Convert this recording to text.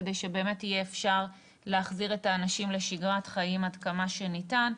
כדי שאפשר יהיה להחזיר את האנשים לשגרת חיים עד כמה שניתן.